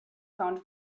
found